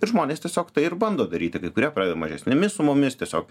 ir žmonės tiesiog tai ir bando daryti kai kurie pradeda mažesnėmis sumomis tiesiog